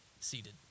seated